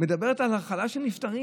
מדברת על הכלה של נפטרים.